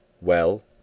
Well